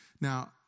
Now